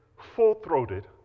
full-throated